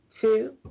Two